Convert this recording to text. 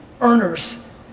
earners